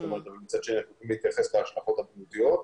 אבל מצד שני אנחנו נתייחס להשלכות הבריאותיות,